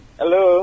hello